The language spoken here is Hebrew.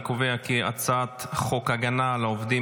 אני קובע כי הצעת חוק הגנה על עובדים